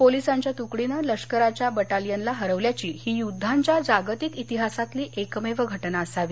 पोलीसांच्या तुकडीन लष्कराच्या बटालियनला हरवल्याची ही युद्धांच्या जागतिक इतिहासातली एकमेव घटना असावी